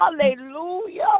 Hallelujah